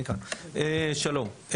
שלום,